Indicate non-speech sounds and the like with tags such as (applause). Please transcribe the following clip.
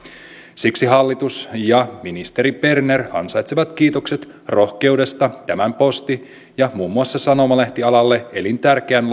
siksi hallitus ja ministeri berner ansaitsevat kiitokset rohkeudesta ja tämän posti ja muun muassa sanomalehtialalle elintärkeän (unintelligible)